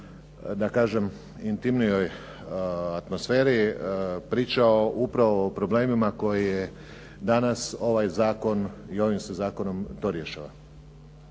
da kažem, intimnijoj atmosferi pričao upravo o problemima koje danas ovaj zakon i ovim se zakonom to rješava.